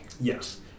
Yes